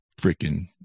freaking